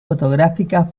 fotográficas